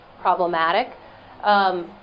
problematic